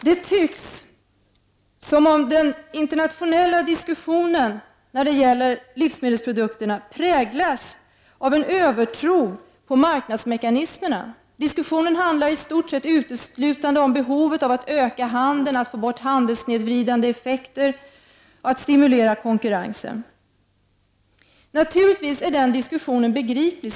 Det tycks som om den internationella diskussionen när det gäller livsmedelsprodukterna präglas av en övertro på marknadsmekanismen. Diskussionen handlar i stort sett uteslutande om behovet av att öka handeln och att få bort handelssnedvridande effekter samt att stimulera konkurrensen. Naturligtvis är den diskussionen begriplig.